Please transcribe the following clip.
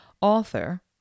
author